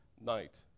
night